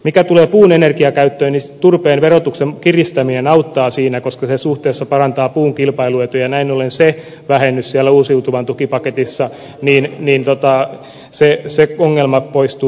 mitä tulee puun energiakäyttöön niin turpeen verotuksen kiristäminen auttaa siinä koska se suhteessa parantaa puun kilpailuetua ja näin ollen se vähennys siellä uusiutuvan tukipaketissa se ongelma poistuu sitä kautta